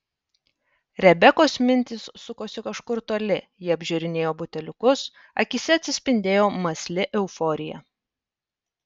rebekos mintys sukosi kažkur toli ji apžiūrinėjo buteliukus akyse atsispindėjo mąsli euforija